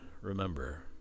remember